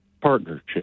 partnership